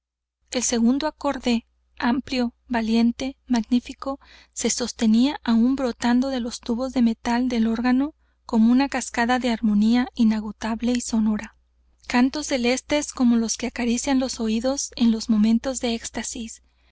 el segundo acorde ámplio valiente magnífico se sostenía aún brotando de los tubos de metal del órgano como una cascada de armonía inagotable y sonora cantos celestes como los que acarician los oídos en los momentos de éxtasis